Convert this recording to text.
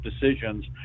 decisions